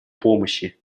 помощи